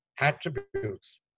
attributes